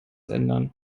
ändern